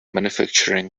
manufacturing